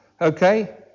Okay